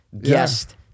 guest